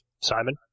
Simon